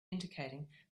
indicating